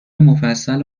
مفصل